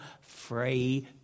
free